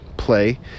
play